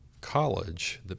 college